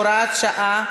הוראת שעה),